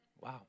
Wow